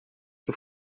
que